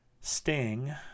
sting